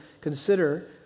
consider